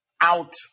out